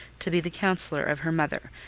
to be the counsellor of her mother,